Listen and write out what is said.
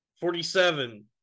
Forty-seven